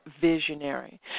visionary